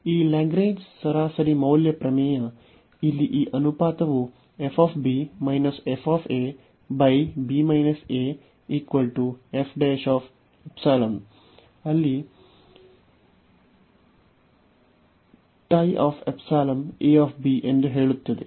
ಈ ಲಾಗ್ರೇಂಜ್ ಸರಾಸರಿ ಮೌಲ್ಯ ಪ್ರಮೇಯ ಇಲ್ಲಿ ಈ ಅನುಪಾತವು ಅಲ್ಲಿ ξ∈ a b ಎಂದು ಹೇಳುತ್ತದೆ